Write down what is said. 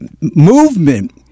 movement